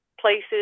places